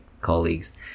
colleagues